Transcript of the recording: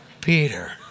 Peter